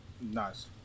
Nice